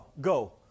go